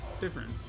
different